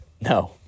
no